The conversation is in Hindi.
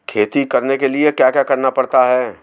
खेती करने के लिए क्या क्या करना पड़ता है?